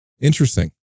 Interesting